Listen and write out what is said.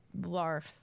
blarf